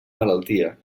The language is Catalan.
malaltia